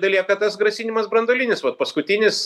belieka tas grasinimas branduolinis vat paskutinis